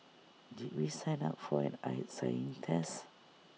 did we sign up for an eye sighing test